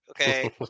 Okay